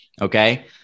Okay